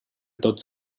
tots